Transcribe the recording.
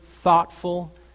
thoughtful